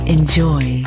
Enjoy